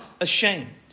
ashamed